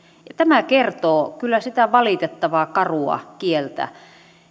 tämä kertoo kyllä sitä valitettavaa karua kieltä